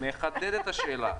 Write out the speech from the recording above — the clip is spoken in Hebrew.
אני מחדד את השאלה.